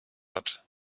hat